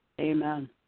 Amen